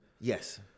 Yes